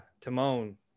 timon